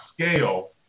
scale